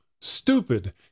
stupid